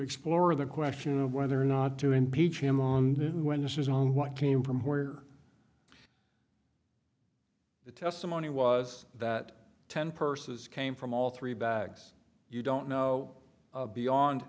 explore the question of whether or not to impeach him on wednesdays on what came from where the testimony was that ten purses came from all three bags you don't know beyond